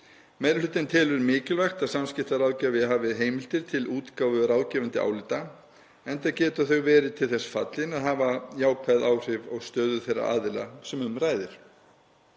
Meiri hlutinn telur mikilvægt að samskiptaráðgjafi hafi heimildir til útgáfu ráðgefandi álita enda geta þau verið til þess fallin að hafa jákvæð áhrif á stöðu þeirra aðila sem um ræðir.